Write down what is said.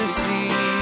see